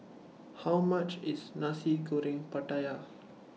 How much IS Nasi Goreng Pattaya